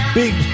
big